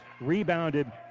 Rebounded